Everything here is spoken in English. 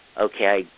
okay